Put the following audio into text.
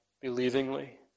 believingly